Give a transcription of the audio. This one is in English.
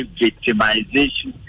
victimization